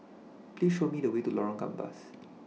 Please Show Me The Way to Lorong Gambas